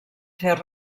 fer